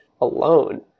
alone